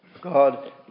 God